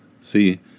See